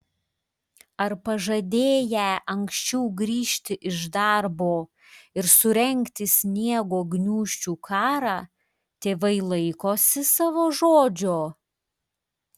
ar pažadėję anksčiau grįžti iš darbo ir surengti sniego gniūžčių karą tėvai laikosi savo žodžio